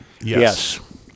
Yes